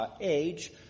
age